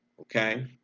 okay